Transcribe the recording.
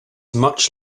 much